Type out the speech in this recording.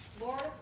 Lord